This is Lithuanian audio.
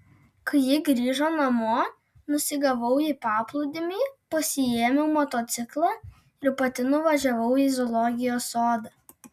kai ji grįžo namo nusigavau į paplūdimį pasiėmiau motociklą ir pati nuvažiavau į zoologijos sodą